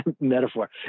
metaphor